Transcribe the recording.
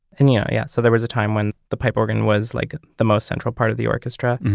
and yeah yeah, so there was a time when the pipe organ was like the most central part of the orchestra,